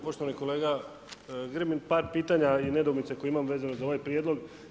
Poštovani kolega Grbin, par pitanja i nedoumice koje imam vezano za ovaj prijedlog.